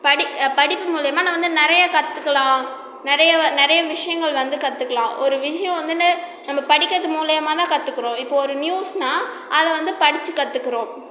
படி படிப்பு மூலிமா வந்து நிறையா கற்றுக்கலாம் நிறைய நிறைய விஷயங்கள் வந்து கற்றுக்குலாம் ஒரு விஷயம் வந்து நம்ம படிக்கிறது மூலிமா தான் கற்றுக்குறோம் இப்போ ஒரு நியூஸ்னால் அதை வந்து படித்து கற்றுக்குறோம்